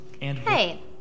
hey